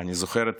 אני זוכר את